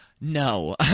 No